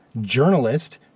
journalist